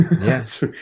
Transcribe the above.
Yes